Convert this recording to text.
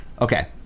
Okay